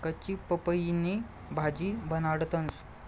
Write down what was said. कच्ची पपईनी भाजी बनाडतंस